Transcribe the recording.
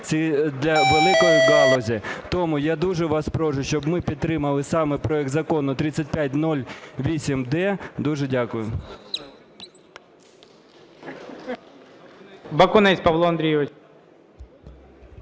для великої галузі. Тому я дуже вас прошу, щоб ми підтримали саме проект Закону 3508-д. Дуже дякую.